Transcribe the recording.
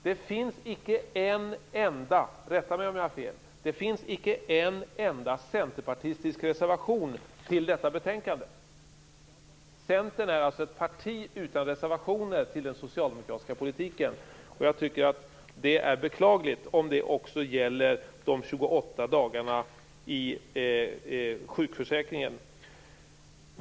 Det finns icke en enda - rätta mig om jag har fel - centerpartistisk reservation fogad till detta betänkande. Centern är ett parti utan reservationer till den socialdemokratiska politiken. Jag tycker att det är beklagligt om det också gäller de 28 dagarna i sjukförsäkringen.